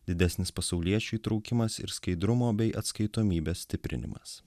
didesnis pasauliečių įtraukimas ir skaidrumo bei atskaitomybės stiprinimas